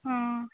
ହଁ